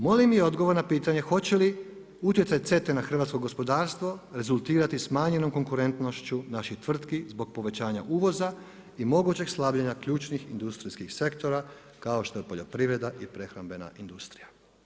Molim i odgovor na pitanje hoće li utjecaj CETA-e na hrvatsko gospodarstvo rezultirati smanjenom konkurentnošću naših tvrtki zbog povećanja uvoza i mogućeg slabljenja ključnih industrijskih sektora kao što je poljoprivreda i prehrambena industrija?